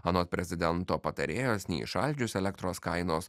anot prezidento patarėjos neįšaldžius elektros kainos